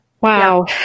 Wow